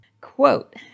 Quote